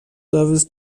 servers